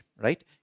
right